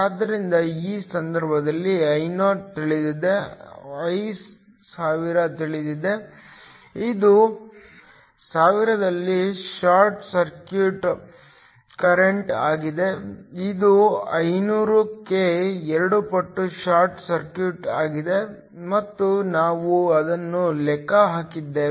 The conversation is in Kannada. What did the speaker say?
ಆದ್ದರಿಂದ ಈ ಸಂದರ್ಭದಲ್ಲಿ Io ತಿಳಿದಿದೆ I1000 ತಿಳಿದಿದೆ ಇದು ಸಾವಿರದಲ್ಲಿ ಶಾರ್ಟ್ ಸರ್ಕ್ಯೂಟ್ ಕರೆಂಟ್ ಆಗಿದೆ ಇದು 500 ಕ್ಕೆ 2 ಪಟ್ಟು ಶಾರ್ಟ್ ಸರ್ಕ್ಯೂಟ್ ಆಗಿದೆ ಮತ್ತು ನಾವು ಅದನ್ನು ಲೆಕ್ಕ ಹಾಕಿದ್ದೇವೆ